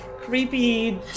creepy